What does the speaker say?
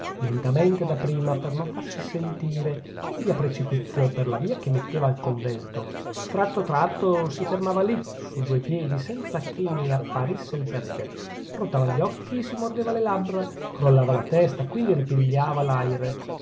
lentamente da prima per non farsi sentire indi a precipizio per la via che metteva al convento tratto tratto si fermava lì sui due piedi senza che ne apparisse il perchè rotava gli occhi si mordeva le labbra crollava la testa quindi ripigliava l'aìre